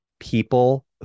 people